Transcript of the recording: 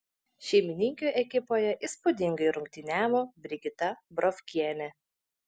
šeimininkių ekipoje įspūdingai rungtyniavo brigita brovkienė